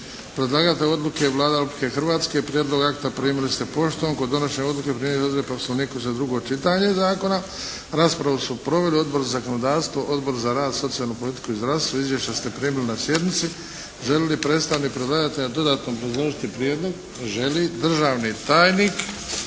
Predlagatelj odluke je Vlada Republike Hrvatske. Prijedlog akta primili ste poštom. Kod donošenja odluke primjenjuju se odredbe poslovnika koje se odnose na drugo čitanje zakona. Raspravu su proveli Odbor za zakonodavstvo, Odbor za rad, socijalnu politiku i zdravstvo. Izvješća ste primili na sjednici. Želi li predstavnik predlagatelja dodatno obrazložiti prijedlog? Želi. Državni tajnik